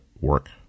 work